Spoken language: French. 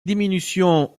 diminution